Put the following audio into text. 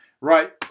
Right